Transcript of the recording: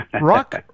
Rock